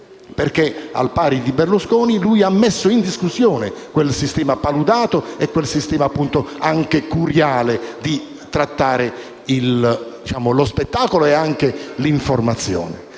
Mediaset. Al pari di Berlusconi, infatti, lui ha messo in discussione quel sistema paludato e quel sistema anche curiale di trattare lo spettacolo ed anche l'informazione.